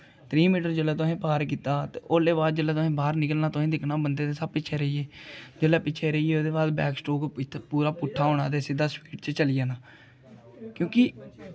त्रीह् metre जेल्लै तुसें पार कीता ते ओह्दे बाद जेल्लै तुसें बाह्र निकलना ते तुसें दिक्खना बंदे ते सब पिच्छें रेही गे जेल्लै पिच्छें रेही गे ते ओह्दे बाद बैक स्ट्रोक पूरा पुट्ठा होना ते सिद्धा पिच्छें चली जाना क्योंकि